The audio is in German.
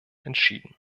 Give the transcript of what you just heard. entschieden